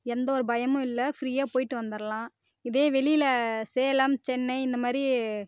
எந்த ஒரு பயமும் இல்லை ஃப்ரீயாக போய்ட்டு வந்துடலாம் இதே வெளியில சேலம் சென்னை இந்த மாதிரி